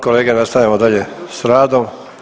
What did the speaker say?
kolege nastavljamo dalje s radom.